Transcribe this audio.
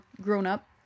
grown-up